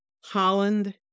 Holland